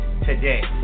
today